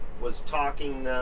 was talking